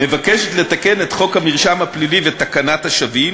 מבקשת לתקן את חוק המרשם הפלילי ותקנת השבים